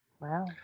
wow